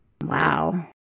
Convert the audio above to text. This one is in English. Wow